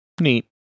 Neat